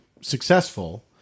successful